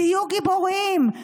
תהיו גיבורים.